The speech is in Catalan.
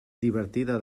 divertida